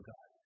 God